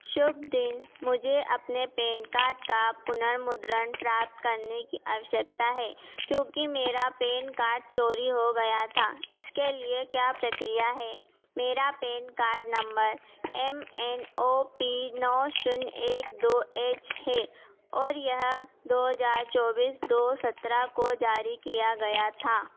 शुभ दिन मुझे अपने पैन कार्ड का पुनःर्मुद्रण प्राप्त करने की आवश्यकता है क्योंकि मेरा पैन कार्ड चोरी हो गया था इसके लिए क्या प्रक्रिया है मेरा PAN card number M N O P नौ जीरो एक दो एच है और यह दो हजार चौबीस दो सत्रह को जारी किया गया था